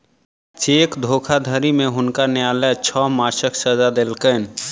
cheque धोखाधड़ी में हुनका न्यायलय छह मासक सजा देलकैन